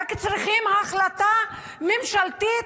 צריכים רק החלטה ממשלתית,